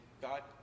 God